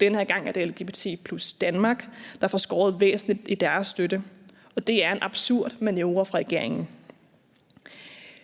Den her gang er det LGTB+ Danmark, der får skåret væsentligt i deres støtte, og det er en absurd manøvre fra regeringens side.